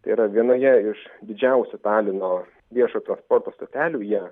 tai yra vienoje iš didžiausių talino viešo transporto stotelių